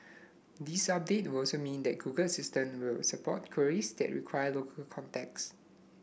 this update will also mean that Google Assistant will support queries that require local context